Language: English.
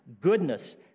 goodness